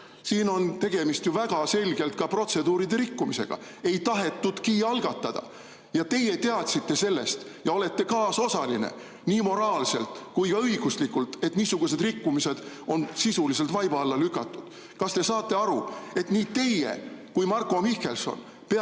Siin on tegemist väga selgelt ka protseduuride rikkumisega: ei tahetudki algatada. Teie teadsite sellest ja olete kaasosaline nii moraalselt kui ka õiguslikult, et niisugused rikkumised on sisuliselt vaiba alla lükatud. Kas te saate aru, et nii teie kui Marko Mihkelson peate